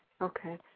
Okay